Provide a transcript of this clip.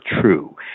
true